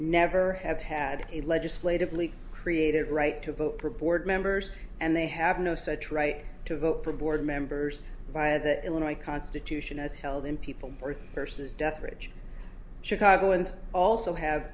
never have had a legislatively created right to vote for board members and they have no such right to vote for board members by the illinois constitution as held in people or verses deatherage chicago and also have